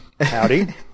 Howdy